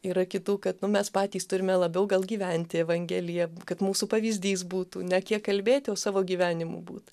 yra kitų kad nu mes patys turime labiau gal gyventi evangelija kad mūsų pavyzdys būtų ne kiek kalbėti o savo gyvenimu būt